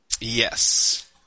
Yes